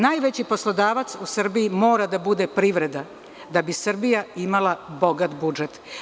Najveći poslodavac u Srbiji mora da bude privreda da bi Srbija imala bogat budžet.